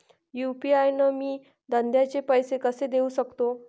UPI न मी धंद्याचे पैसे कसे देऊ सकतो?